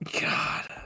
God